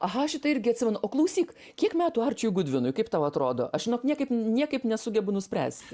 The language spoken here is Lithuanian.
aha šitą irgi atsimenu o klausyk kiek metų arčiui gudvinui kaip tau atrodo aš žinok niekaip niekaip nesugebu nuspręsti